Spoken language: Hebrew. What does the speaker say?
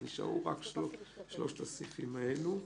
נשארו רק שלושת הסעיפים האלה.